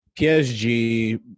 PSG